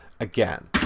Again